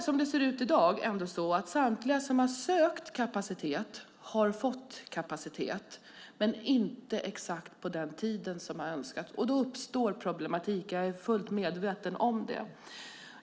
Som det ser ut i dag har samtliga som har sökt kapacitet fått kapacitet, men inte exakt på den tid som har önskats. Då uppstår problem, och jag är fullt medveten om det.